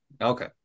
Okay